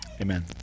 Amen